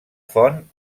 font